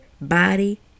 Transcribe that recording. body